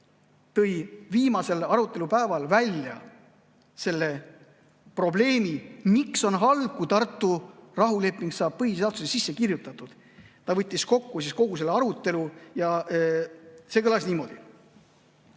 tõi viimasel arutelupäeval välja selle probleemi, miks on halb, kui Tartu rahuleping saab põhiseadusesse sisse kirjutatud. Ta võttis kokku kogu selle arutelu ja see kõlas niimoodi.